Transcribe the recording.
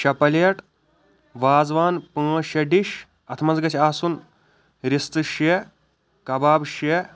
شےٚ پلیٹ وازٕوان پانٛژھ شےٚ ڈِش اتھ منٛز گَژھِ آسُن رِستہٕ شےٚ کَباب شےٚ